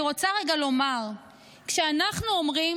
אני רוצה רגע לומר שכשאנחנו אומרים